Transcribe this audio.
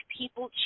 people